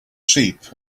sheep